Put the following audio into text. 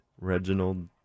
Reginald